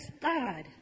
God